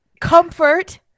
comfort